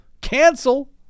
cancel